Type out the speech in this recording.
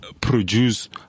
produce